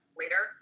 later